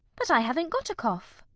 but i haven't got a cough.